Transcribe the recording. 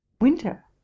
Winter